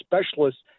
specialists